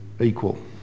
equal